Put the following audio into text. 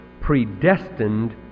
predestined